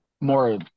more